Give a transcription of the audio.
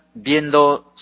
viendo